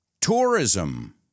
tourism